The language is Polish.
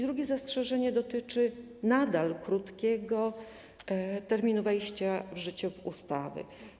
Drugie zastrzeżenie dotyczy krótkiego terminu wejścia w życie ustawy.